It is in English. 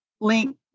link